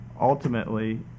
ultimately